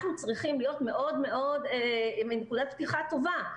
צריכים להיות מאוד מאוד מנקודת פתיחה טובה,